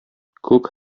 күк